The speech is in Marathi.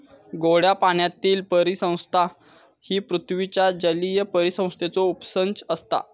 गोड्या पाण्यातीली परिसंस्था ही पृथ्वीच्या जलीय परिसंस्थेचो उपसंच असता